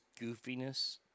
goofiness